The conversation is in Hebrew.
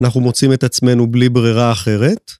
‫אנחנו מוצאים את עצמנו בלי ברירה אחרת.